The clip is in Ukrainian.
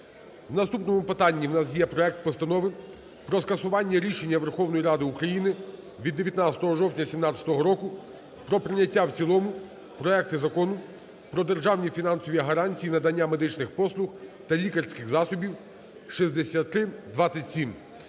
наступному питання і нас є проект Постанови про скасування рішення Верховної Ради України від 19 жовтня 2017 року про прийняття в цілому проекту Закону "Про державні фінансові гарантії надання медичних послуг та лікарських засобів" (6327).